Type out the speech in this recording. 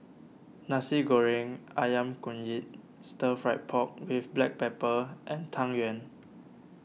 Nasi Goreng Ayam Kunyit Stir Fried Pork with Black Pepper and Tang Yuen